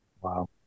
Wow